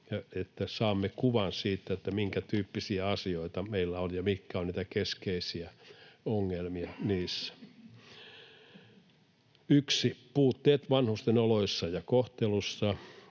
että saamme kuvan siitä, minkä tyyppisiä asioita meillä on ja mitkä ovat niitä keskeisiä ongelmia niissä: 1) Puutteet vanhusten oloissa ja kohtelussa.